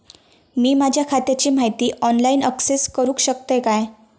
मी माझ्या खात्याची माहिती ऑनलाईन अक्सेस करूक शकतय काय?